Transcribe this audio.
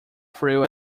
threw